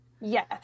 yes